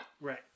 right